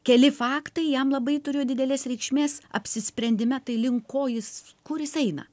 keli faktai jam labai turėjo didelės reikšmės apsisprendime tai link ko jis kur jis eina